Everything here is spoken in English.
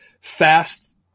fast